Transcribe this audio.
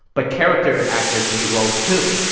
but character actors need roles, too.